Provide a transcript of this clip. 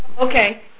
Okay